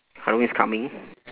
Halloween is coming